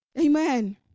Amen